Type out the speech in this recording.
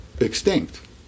extinct